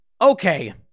Okay